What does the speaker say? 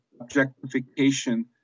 objectification